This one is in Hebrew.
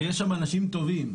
ויש שם אנשים טובים.